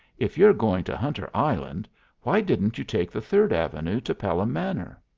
if you're going to hunter's island why didn't you take the third avenue to pelham manor?